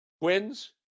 Twins